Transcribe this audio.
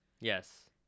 Yes